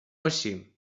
així